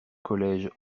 collège